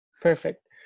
Perfect